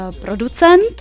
producent